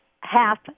half